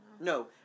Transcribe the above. no